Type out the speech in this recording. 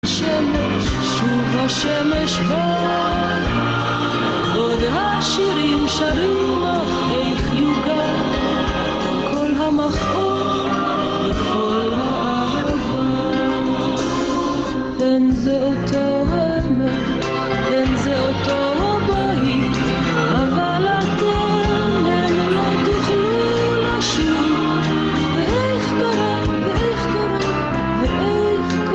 שמש, שוב השמש בא, עוד השירים שרים אך איך יוגד, כל המכאוב וכל האהבה. הן זה אותו העמק, הן זה אותו בית, אבל אתם הן לא תוכלו לשוב. ואיך קרה, ואיך קרה, ואיך...